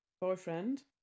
boyfriend